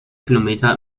kilometer